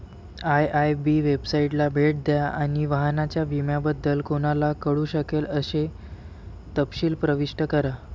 IIB वेबसाइटला भेट द्या आणि वाहनाच्या विम्याबद्दल कोणाला कळू शकेल असे तपशील प्रविष्ट करा